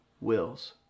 wills